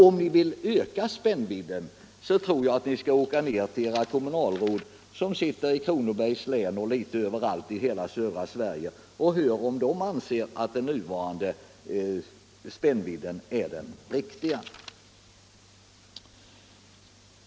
Om ni vill öka spännvidden, bör ni först åka ner till era kommunalråd i Kronobergs län och litet överallt i södra Sverige och fråga om de anser att den nuvarande spännvidden är den riktiga.